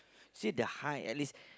see the high at least